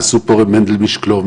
רב מנדל משקלוב,